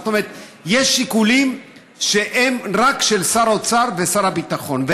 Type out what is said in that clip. כלומר יש שיקולים שהם רק של שר האוצר ושר הביטחון.